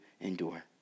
endure